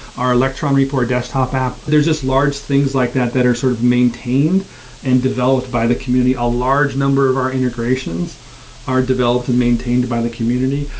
our electron repo or desktop app. there're just large things like that that are sort of maintained and developed by the community. a large number of our integrations are developed and maintained by the community.